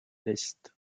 l’est